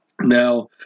Now